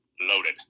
loaded